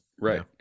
Right